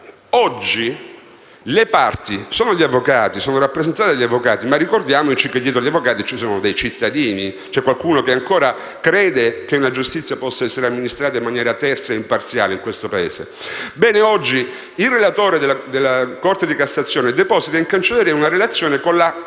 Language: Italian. oggi le parti sono rappresentate dagli avvocati, ma ricordiamoci che dietro gli avvocati ci sono dei cittadini. C'è qualcuno che in questo Paese ancora crede che la giustizia possa essere amministrata in maniera terza e imparziale. Oggi il relatore della Corte di cassazione deposita in cancelleria una relazione con la concisa